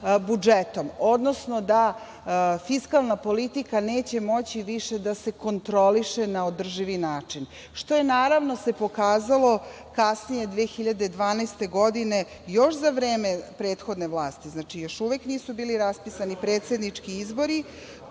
budžetom, odnosno da fiskalna politika neće moći više da se kontroliše na održivi način, što se, naravno, pokazalo kasnije 2012. godine, još za vreme prethodne vlasti, znači još uvek nisu bili raspisani predsednički izbori,